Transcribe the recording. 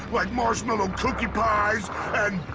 like marshmallow cookie pies and.